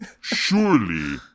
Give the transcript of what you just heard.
surely